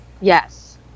Yes